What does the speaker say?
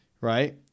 right